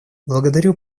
благодарю